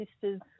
sisters